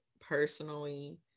personally